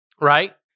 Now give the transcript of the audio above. right